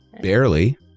Barely